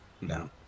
no